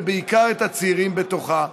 ובעיקר את הצעירים בתוכה,